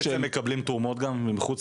אלה שמקלים תרומות גם מחוץ